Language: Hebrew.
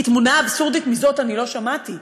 כי תמונה אבסורדית מזאת אני לא שמעתי.